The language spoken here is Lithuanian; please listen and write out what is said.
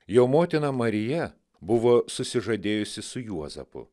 jo motina marija buvo susižadėjusi su juozapu